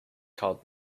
called